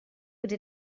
could